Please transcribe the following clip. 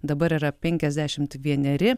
dabar yra penkiasdešimt vieneri